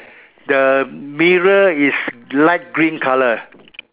the mirror is light green colour